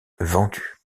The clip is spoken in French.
vendus